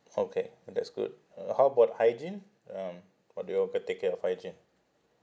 okay and that's good uh how about hygiene um what do you all g~ take care of hygiene